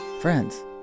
Friends